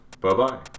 bye-bye